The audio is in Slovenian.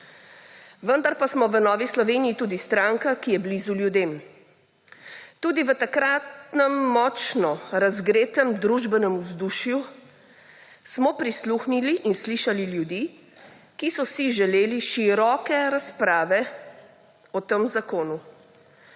Vendar pa smo v Novi Sloveniji tudi stranka, ki je blizu ljudem. Tudi v takratnem močno razgretem družbenem vzdušju smo prisluhnili in slišali ljudi, ki so si želeli široke razprave o tem zakonu.